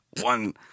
one